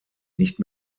nicht